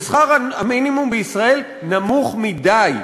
ושכר המינימום בישראל נמוך מדי.